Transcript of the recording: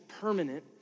permanent